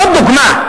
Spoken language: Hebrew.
זאת דוגמה.